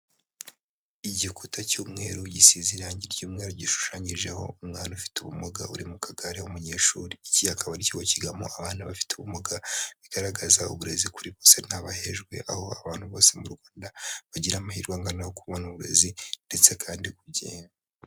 Igikuta cy'umweru gisize irangi icyumweru gishushanyijeho umwana ufite ubumuga uri mu kagare umuyeshuri, iki akaba ari ikigo kigamo abana bafite ubumuga, bigaragaza uburezi kuri boso nta bahejwe, aho abantu bose mu Rwanda bagira amahirwe angana yo kubona uburezi ndetse kandi ku gihe.